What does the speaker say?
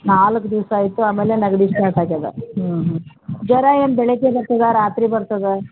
ನಾಲ್ಕು ದಿವಸ ಆಯಿತು ಆಮೇಲೆ ನೆಗಡಿ ಸ್ಟಾರ್ಟ್ ಆಗ್ಯಾದ ಹ್ಞೂ ಜ್ವರ ಏನು ಬೆಳಗ್ಗೆ ಬರ್ತದಾ ರಾತ್ರಿ ಬರ್ತದಾ